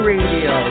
Radio